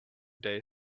day